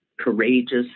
courageous